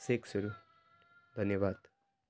सेकहरू धन्यवाद